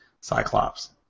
Cyclops